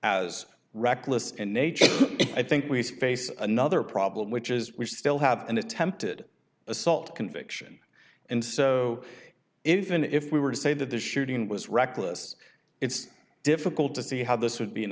as reckless and nature i think we face another problem which is we still have an attempted assault conviction and so if in if we were to say that the shooting was reckless it's difficult to see how this would be an